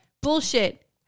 Bullshit